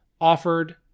offered